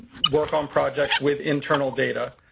work on projects with internal data.